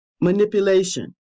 manipulation